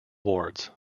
awards